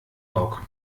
bock